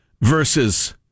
versus